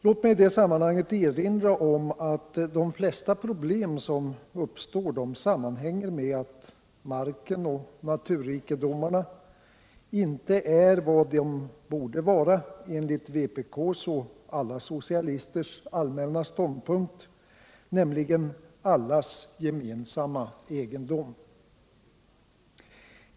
Låt mig i detta sammanhang erinra om att de flesta problem som uppstår sammanhänger med att marken och naturrikedomarna enligt vår och alla socialisters allmänna ståndpunkt inte är vad de borde vara, nämligen allas gemensamma egendom.